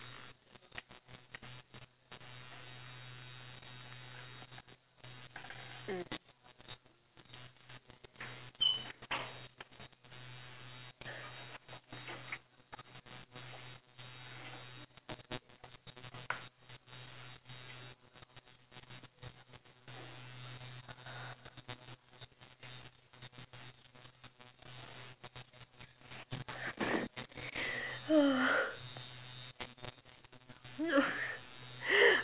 mm